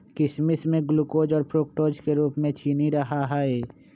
किशमिश में ग्लूकोज और फ्रुक्टोज के रूप में चीनी रहा हई